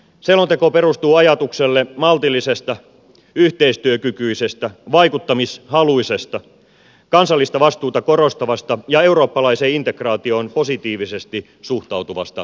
selonteko perustuu ajatukselle maltillisesta yhteistyökykyisestä vaikuttamishaluisesta kansallista vastuuta korostavasta ja eurooppalaiseen integraatioon positiivisesti suhtautuvasta suomesta